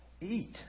eat